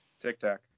Tic-tac